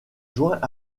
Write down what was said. joint